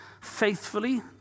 faithfully